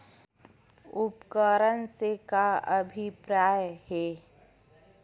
उपकरण से का अभिप्राय हे?